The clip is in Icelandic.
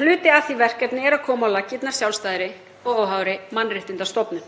Hluti af því verkefni er að koma á laggirnar sjálfstæðri og óháðri mannréttindastofnun.